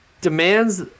demands